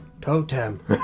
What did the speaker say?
Totem